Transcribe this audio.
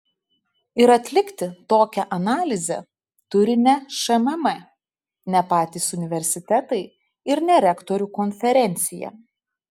ir atlikti tokią analizę turi ne šmm ne patys universitetai ir ne rektorių konferencija